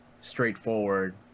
straightforward